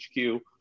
hq